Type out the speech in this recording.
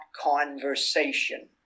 conversation